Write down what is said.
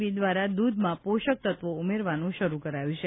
બી દ્વારા દૂધમાં પોષકતત્વો ઉમેરવાનું શરૂ કરાયું છે